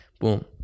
Boom